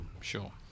Sure